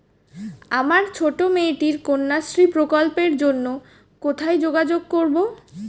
আমার ছোট্ট মেয়েটির কন্যাশ্রী প্রকল্পের জন্য কোথায় যোগাযোগ করব?